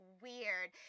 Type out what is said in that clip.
weird